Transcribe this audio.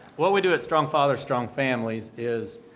what we do at strong fathers strong families is,